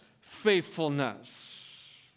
faithfulness